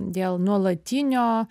dėl nuolatinio